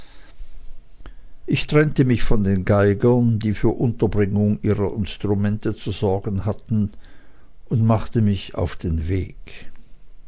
ich trennte mich von den geigern die für unterbringung ihrer instrumente zu sorgen hatten und machte mich auf den weg